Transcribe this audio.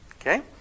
Okay